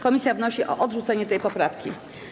Komisja wnosi o odrzucenie tej poprawki.